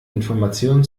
informationen